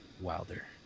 wilder